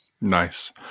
Nice